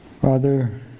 Father